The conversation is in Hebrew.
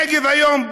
הנגב היום,